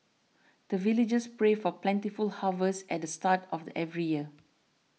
the villagers pray for plentiful harvest at the start of every year